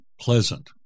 pleasant